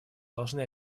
должны